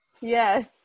Yes